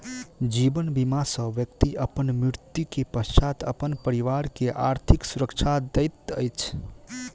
जीवन बीमा सॅ व्यक्ति अपन मृत्यु के पश्चात अपन परिवार के आर्थिक सुरक्षा दैत अछि